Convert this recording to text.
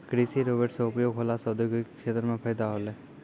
कृषि रोवेट से उपयोग होला से औद्योगिक क्षेत्र मे फैदा होलै